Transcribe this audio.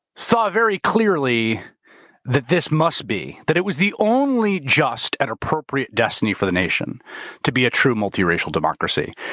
saw very clearly that this must be, that it was the only just at appropriate destiny for the nation to be a true multiracial democracy.